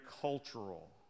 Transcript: cultural